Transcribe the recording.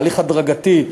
בתהליך הדרגתי,